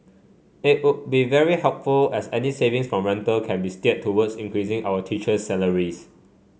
it would be very helpful as any savings from rental can be steered towards increasing our teacher's salaries